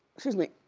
excuse me,